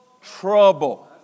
trouble